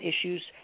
issues